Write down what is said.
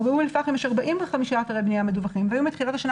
באום אל פאחם יש 5 אתרי בנייה מדווחים והיו מתחילת השנה